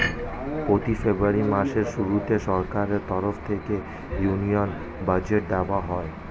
প্রতি ফেব্রুয়ারি মাসের শুরুতে সরকারের তরফ থেকে ইউনিয়ন বাজেট দেওয়া হয়